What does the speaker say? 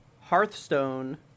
Hearthstone